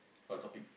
what topic